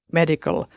medical